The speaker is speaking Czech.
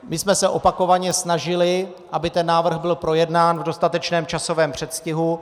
My jsme se opakovaně snažili, aby návrh byl projednán v dostatečném časovém předstihu.